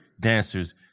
dancers